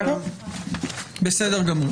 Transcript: בסדר.